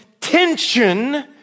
tension